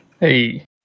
Hey